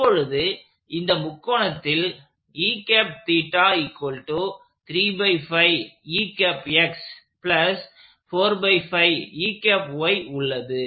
இப்பொழுது இந்த முக்கோணத்தில் உள்ளது